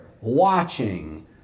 watching